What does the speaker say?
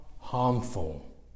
harmful